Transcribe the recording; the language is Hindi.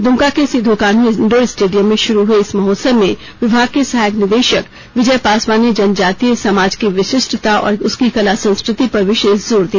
दुमका के सिदो कान्हू इंडोर स्टेडियम में शुरू हुए इस महोत्सव में विभाग के सहायक निदेशक विजय पासवान ने जनजातीय समाज की विशिष्टता और उसकी कला संस्कृति पर विशेष जोर दिया